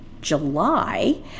July